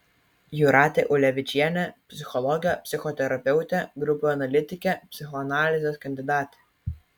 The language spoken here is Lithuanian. jūratė ulevičienė psichologė psichoterapeutė grupių analitikė psichoanalizės kandidatė